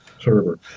server